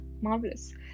marvelous